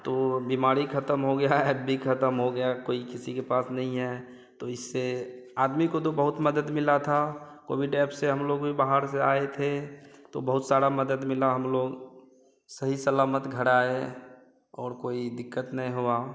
अब तो बिमारी ख़त्म हो गया एप भी ख़त्म हो गया कोई किसी के पास नहीं है तो इससे आदमी को तो बहुत मदद मिल रही थी कोविड एप से हम लोग भी बाहर से आए थे तो बहुत सारी मदद मिली हम लोग सही सलामत घर आए और कोई दिक़्क़त नहीं हुई